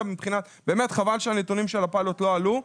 באמת חבל שהנתונים של הפיילוט לא עלו,